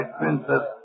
princess